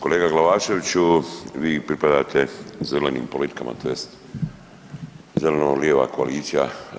Kolega Glavaševiću vi pripadate zelenim politikama tj. zeleno-lijeva koalicija.